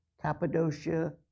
Cappadocia